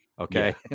Okay